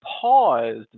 paused